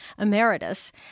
Emeritus